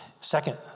Second